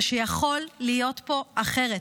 ושיכול להיות פה אחרת.